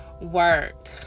work